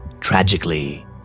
Tragically